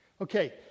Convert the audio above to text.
Okay